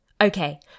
Okay